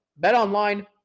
BetOnline